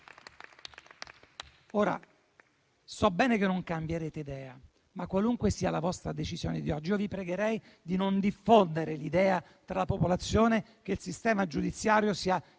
So bene che non cambierete idea. Ma, qualunque sia la vostra decisione di oggi, vi pregherei di non diffondere tra la popolazione l'idea che il sistema giudiziario sia